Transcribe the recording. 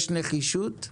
יש נחישות,